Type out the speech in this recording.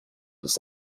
des